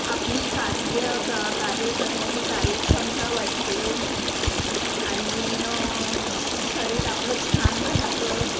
आपली कार्य क कार्य करण्याची कार्यक्षमता वाढते आणि शरीर आपलं छान राहतं